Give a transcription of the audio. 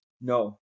no